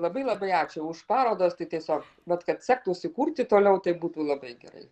labai labai ačiū už parodos tai tiesiog vat kad sektųsi kurti toliau tai būtų labai gerai